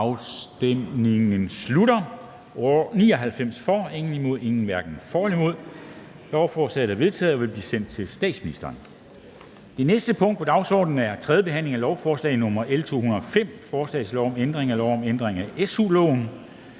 LA og Liselott Blixt (UFG)), imod stemte 0, hverken for eller imod stemte 0. Lovforslaget er enstemmigt vedtaget og vil blive sendt til statsministeren. --- Det næste punkt på dagsordenen er: 2) 3. behandling af lovforslag nr. L 205: Forslag til lov om ændring af lov om ændring af SU-loven.